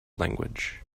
language